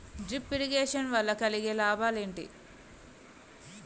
Drip irrigation వల్ల కలిగే లాభాలు ఏంటి?